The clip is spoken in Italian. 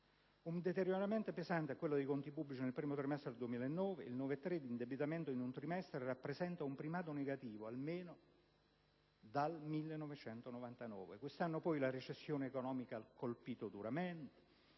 un deterioramento pesante quello dei conti pubblici nel primo trimestre del 2009: il 9,3 per cento di indebitamento in un trimestre rappresenta un primato negativo almeno dal 1999. Quest'anno poi la recessione economica ha colpito duramente: